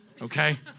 okay